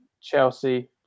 Chelsea